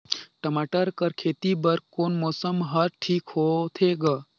टमाटर कर खेती बर कोन मौसम हर ठीक होथे ग?